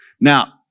Now